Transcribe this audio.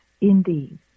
Indeed